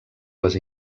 les